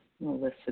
Melissa